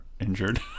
injured